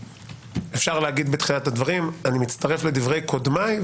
אפשר להגיד גם בתחילת הדברים: אני מצטרף לדברי קודמיי,